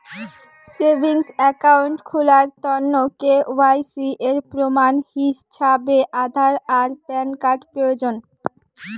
savings account খুলার তন্ন KYC এর প্রমাণ হিছাবে আধার আর প্যান কার্ড প্রয়োজন